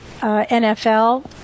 NFL